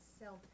self